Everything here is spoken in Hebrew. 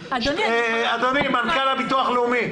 אדוני מנכ"ל הביטוח הלאומי,